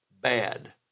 bad